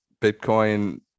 Bitcoin